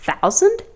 thousand